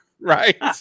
Right